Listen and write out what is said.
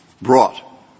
brought